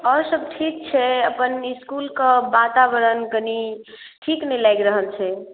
आओर सभ ठीक छै अपन इस्कुलके वातावरण कनि ठीक नहि लागि रहल छै